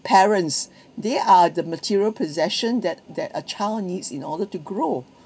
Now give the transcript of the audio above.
parents they are the material possession that that a child needs in order to grow